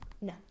No